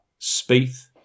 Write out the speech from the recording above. Spieth